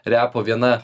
repo viena